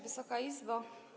Wysoka Izbo!